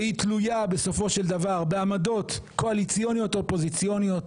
שהיא תלויה בסופו של דבר בעמדות קואליציוניות אופוזיציוניות,